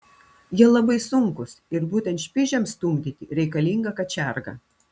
jie labai sunkūs ir būtent špižiams stumdyti reikalinga kačiarga